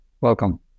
welcome